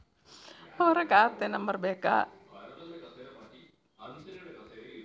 ಅವರ ಖಾತೆ ನಂಬರ್ ಬೇಕಾ?